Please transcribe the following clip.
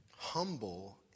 Humble